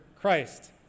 Christ